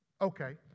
Okay